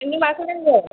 नोंनो माखौ नांगौ